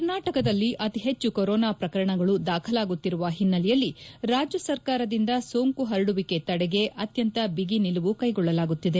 ಕರ್ನಾಟಕದಲ್ಲಿ ಅತಿ ಹೆಚ್ಚು ಕೊರೋನಾ ಪ್ರಕರಣಗಳು ದಾಖಲಾಗುತ್ತಿರುವ ಹಿನ್ನೆಲೆಯಲ್ಲಿ ರಾಜ್ಯ ಸರ್ಕಾರದಿಂದ ಸೋಂಕು ಹರಡುವಿಕೆ ತಡೆಗೆ ಅತ್ಯಂತ ಬಿಗಿ ನಿಲುವು ಕೈಗೊಳ್ಳಲಾಗುತ್ತಿದೆ